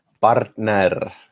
partner